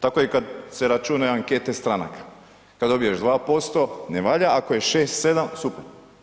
Tako je i kad se računaju ankete stranaka, kad dobiješ 2% ne valja ako je 6, 7 super.